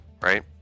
right